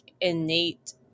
innate